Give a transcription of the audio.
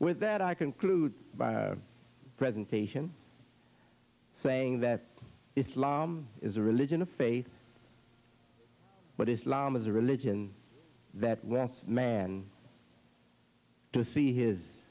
with that i conclude by presentation saying that islam is a religion of faith but islam is a religion that wants man to see his